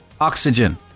oxygen